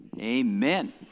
Amen